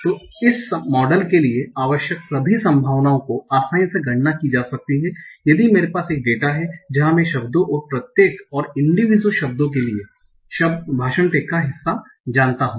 तो इस मॉडल के लिए आवश्यक सभी संभावनाओं को आसानी से गणना की जा सकती है यदि मेरे पास एक डेटा है जहां मैं शब्दों और प्रत्येक और इंडिविस्वल शब्दों के लिए भाषण टैग का हिस्सा जानता हूं